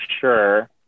sure